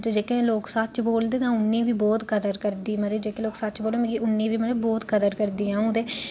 ते जेह्के लोक सच बोलदे ते उ'नें बी बहुत कदर करदी मतलब कि जेह्के लोक सच्च बोलदे उं'दी बी मतलब बहुत कदर करदी अ'ऊं